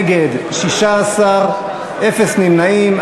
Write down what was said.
נגד, 16, אפס נמנעים.